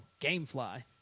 Gamefly